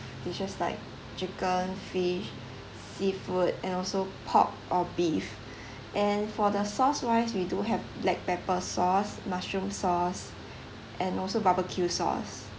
dishes like chicken fish seafood and also pork or beef and for the sauce wise we do have black pepper sauce mushroom sauce and also barbecue sauce